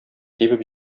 тибеп